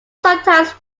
sometimes